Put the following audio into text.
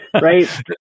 Right